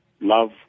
love